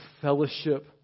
fellowship